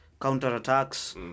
counter-attacks